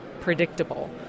predictable